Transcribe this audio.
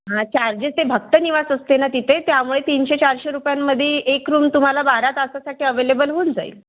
हां चार्जेस ते भक्त निवास असते ना तिथे त्यामुळे तीनशे चारशे रुपयांमध्ये एक रूम तुम्हाला बारा तासासाठी अवेलेबल होऊन जाईल